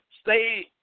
stay